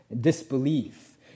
disbelief